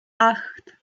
acht